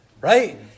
Right